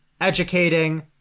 educating